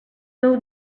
meu